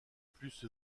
plus